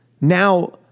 Now